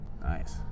nice